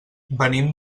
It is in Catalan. venim